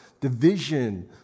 division